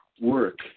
Work